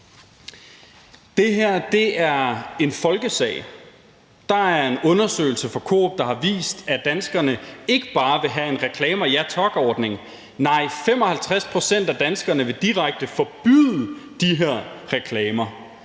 Det her er en folkesag. Der er en undersøgelse fra Coop, der har vist, at danskerne ikke bare vil have en Reklamer Ja Tak-ordning. Nej, 55 pct. af danskerne vil direkte forbyde de her reklamer,